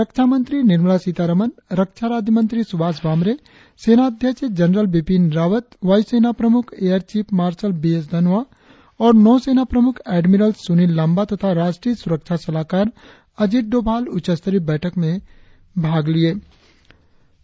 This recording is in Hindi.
रक्षामंत्री निर्मला सीता रामन रक्षा राज्यमंत्री सुभाष भामरे सेना अध्यक्ष जनरल विपिन रावतवायुसेना प्रमुख air chief marshal B S Dhanoa और नौ सेना प्रमुख एडमिरल सुनील लामबा तथा राष्ट्रीय सुरक्षा सलाहकार अजीत डोभाल उच्चस्तरीय बैठक में भाग ले रहे है